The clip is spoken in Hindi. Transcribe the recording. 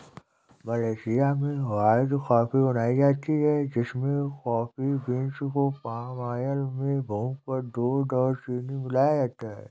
मलेशिया में व्हाइट कॉफी बनाई जाती है जिसमें कॉफी बींस को पाम आयल में भूनकर दूध और चीनी मिलाया जाता है